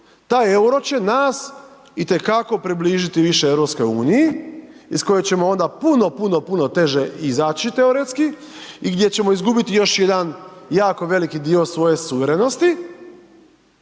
taj EUR-o će nas itekako približiti više EU iz koje ćemo onda puno, puno, puno teže izaći teoretski i gdje ćemo izgubiti još jedan jako veliki dio svoje suverenosti,